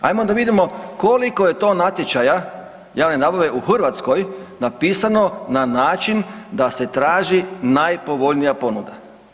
Ajmo da vidimo koliko je to natječaja javne nabave u Hrvatskoj napisano na način da se traži najpovoljnija ponuda.